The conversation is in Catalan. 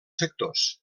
sectors